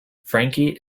frankie